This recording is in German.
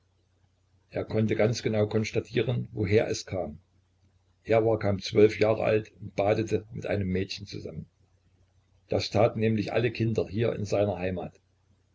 er konnte ganz genau konstatieren woher es kam er war kaum zwölf jahre alt und badete mit einem mädchen zusammen das taten nämlich alle kinder hier in seiner heimat